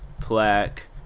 plaque